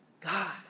God